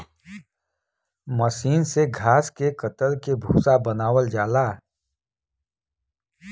मसीन से घास के कतर के भूसा बनावल जाला